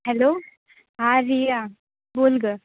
hello हां रिया बोल ग